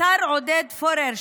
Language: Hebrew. לשר עודד פורר,